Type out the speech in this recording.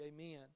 amen